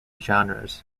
genres